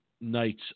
nights